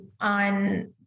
on